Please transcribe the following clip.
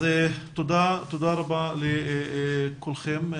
תודה רבה לכולכם.